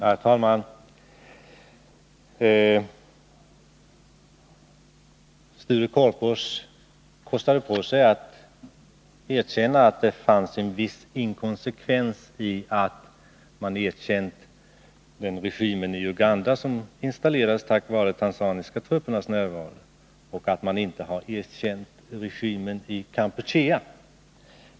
Herr talman! Sture Korpås kostade på sig att erkänna att det fanns en viss inkonsekvens i att man erkänt regimen i Uganda som installerats tack vare tanzaniska truppers närvaro och att man inte erkänt regimen i Kampuchea.